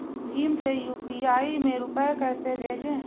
Bhim UPI यू.पी.आई में रूपए कैसे भेजें?